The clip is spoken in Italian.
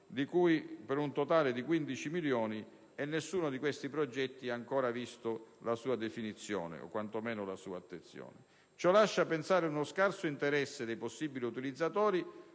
per un totale di 15 milioni, e nessuno di quei progetti ha ancora visto la sua definizione, o quanto meno la sua messa all'attenzione. Ciò lascia pensare ad uno scarso interesse dei possibili utilizzatori